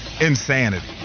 Insanity